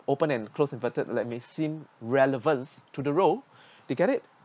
open and close inverted let may seem relevance to the role to get it